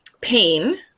pain